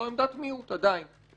הם בעמדת מיעוט עדין.